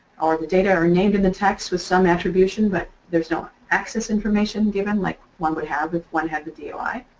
the data are named in the text with some attribution, but there's no access information given like one would have if one had the doi.